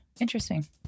Interesting